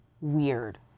weird